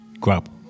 grab